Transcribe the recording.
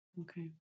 okay